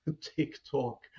TikTok